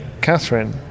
Catherine